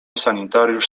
sanitariusz